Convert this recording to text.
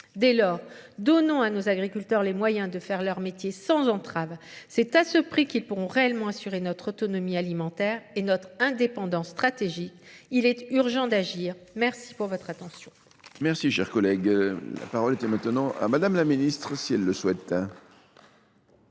Dès lors, donnons à nos agriculteurs les moyens de faire leur métier sans entraves. C'est à ce prix qu'ils pourront réellement assurer notre autonomie alimentaire et notre indépendance stratégique. Il est urgent d'agir. Merci pour votre attention.